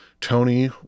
Tony